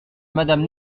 madame